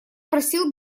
просил